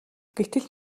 гэтэл